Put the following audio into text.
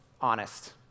honest